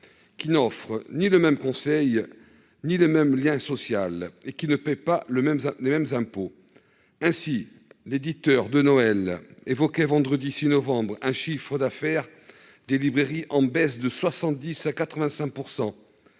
qui n'offrent pas le même conseil ni le même lien social et qui ne paient pas les mêmes impôts. Ainsi, l'éditeur Denoël évoquait, le vendredi 6 novembre dernier, un chiffre d'affaires des librairies en baisse de 70 % à 85